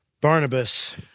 Barnabas